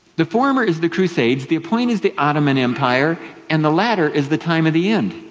the former is the crusades, the appointed is the ottoman empire, and the latter is the time of the end.